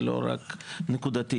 ולא רק נקודתי.